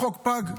החוק פג,